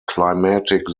climatic